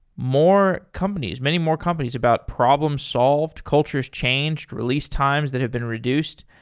more companies. many more companies about problem solved, cultures changed, release times that have been reduced.